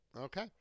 okay